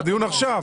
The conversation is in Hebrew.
בדיון עכשיו.